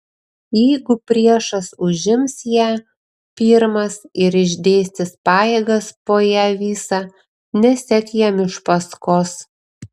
jeigu priešas užims ją pirmas ir išdėstys pajėgas po ją visą nesek jam iš paskos